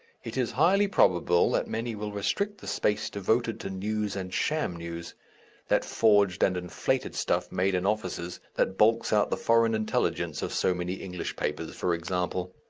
it is highly probable that many will restrict the space devoted to news and sham news that forged and inflated stuff made in offices, that bulks out the foreign intelligence of so many english papers, for example.